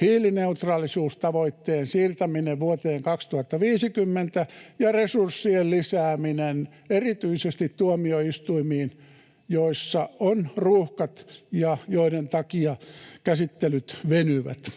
hiilineutraalisuustavoitteen siirtäminen vuoteen 2050 ja resurssien lisääminen erityisesti tuomioistuimiin, joissa on ruuhkat ja joiden takia käsittelyt venyvät.